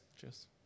Cheers